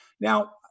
Now